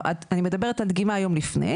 אני מדברת על דגימה יום לפני,